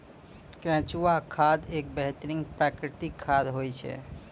केंचुआ खाद एक बेहतरीन प्राकृतिक खाद होय छै